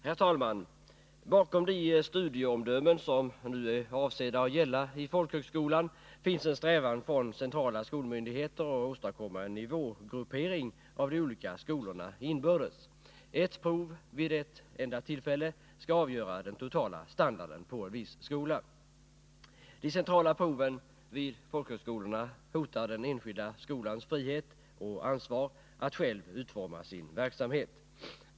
Herr talman! Bakom de studieomdömen som nu är avsedda att gälla i folkhögskolan finns en strävan från centrala skolmyndigheter att åstadkom 207 ma en nivågruppering av de olika skolorna inbördes. Ett prov vid ett enda tillfälle skall avgöra den totala standarden på en viss skola. De centrala proven vid folkhögskolorna hotar den enskilda skolans frihet — och ansvar — att själv utforma sin verksamhet.